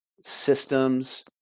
systems